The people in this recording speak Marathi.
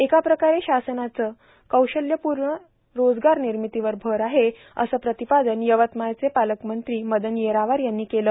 एकप्रकारे शासनाचा कौशल्यपूण रोजगार र्नामतीवर भर आहे असं प्र्रातपादन यवतमाळचे पालकमंत्री मदन येरावार यांनी केलं